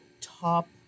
top